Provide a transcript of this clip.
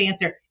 answer